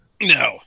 No